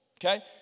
okay